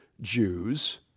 jews